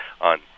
on